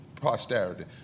posterity